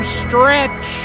stretch